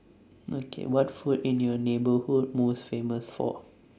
okay what food in your neighbourhood most famous for